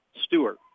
Stewart